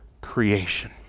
creation